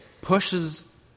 pushes